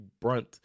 brunt